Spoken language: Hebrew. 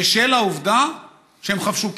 בשל העובדה שהם חבשו כיפה.